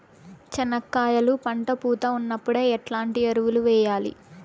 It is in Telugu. చెనక్కాయలు పంట పూత ఉన్నప్పుడు ఎట్లాంటి ఎరువులు వేయలి?